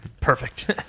Perfect